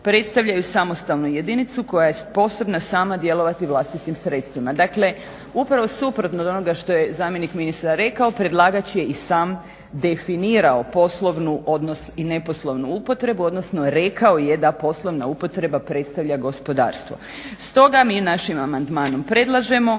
predstavljaju samostalnu jedinicu koja je sposobna sama djelovati vlastitim sredstvima. Dakle, upravo suprotno od onoga što je zamjenik ministra rekao predlagač je i sam definirao poslovni odnos i neposlovnu upotrebu, odnosno rekao je da poslovna upotreba predstavlja gospodarstvo. Stoga mi našim amandmanom predlažemo